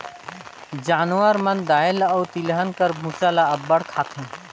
जानवर मन दाएल अउ तिलहन कर बूसा ल अब्बड़ खाथें